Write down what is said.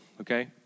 okay